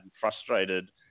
frustrated